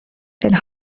and